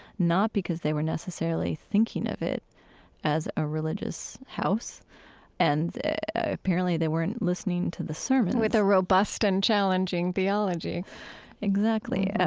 not because they were necessarily thinking of it as a religious house and apparently they weren't listening to the sermons with a robust and challenging theology exactly.